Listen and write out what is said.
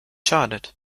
schadet